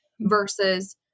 versus